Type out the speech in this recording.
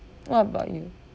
what about you